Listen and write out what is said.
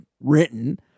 written